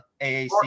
AAC